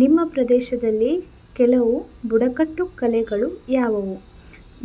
ನಿಮ್ಮ ಪ್ರದೇಶದಲ್ಲಿ ಕೆಲವು ಬುಡಕಟ್ಟು ಕಲೆಗಳು ಯಾವುವು